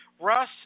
Russ